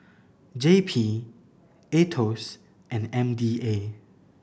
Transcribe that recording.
J P Aetos and M D A